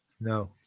No